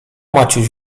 maciuś